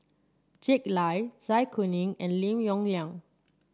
Jack Lai Zai Kuning and Lim Yong Liang